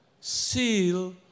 seal